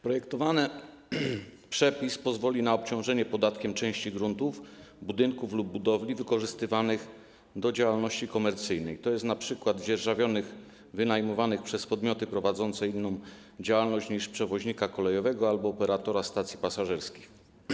Projektowany przepis pozwoli na obciążenie podatkiem części gruntów, budynków lub budowli wykorzystywanych do działalności komercyjnej, tj. np. dzierżawionych, wynajmowanych przez podmioty prowadzące inną działalność niż przewoźnika kolejowego albo operatora stacji pasażerskich.